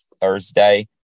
Thursday